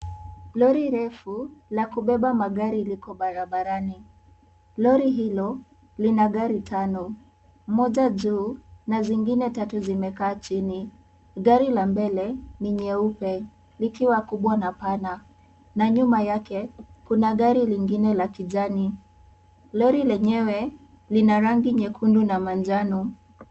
Lori refu la kubeba magari liko barabarani. Lori hilo lina gari tano, moja juu na zingine tatu zimekaa chini. Gari la mbele ni nyeupe likiwa kubwa na pana na nyuma yake kuna gari lingine la kijani. Lori lenyewe lina rangi nyekundu na manjano.